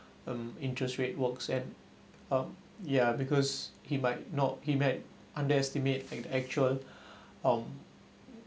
um interest rate works and um ya because he might not he may had underestimate like the actual um